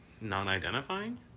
non-identifying